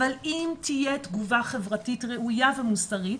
אבל אם תהיה תגובה חברתית רואיה ומוסרית